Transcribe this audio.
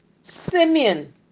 Simeon